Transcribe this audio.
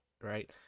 right